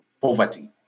poverty